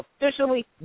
officially